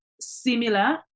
similar